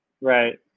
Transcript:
Right